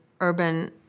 urban